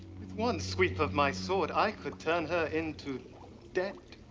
with one sweep of my sword, i could turn her into dead.